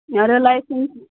आरो लायसेन्स